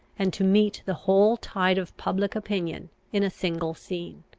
and to meet the whole tide of public opinion in a single scene.